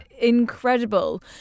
incredible